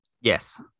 Yes